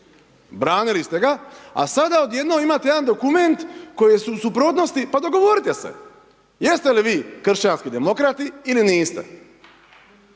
branili ste ga, a sada od jednom imate jedan dokument koji je u suprotnosti, pa dogovorite se. Jeste li vi kršćanski demokrati ili niste?